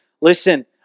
Listen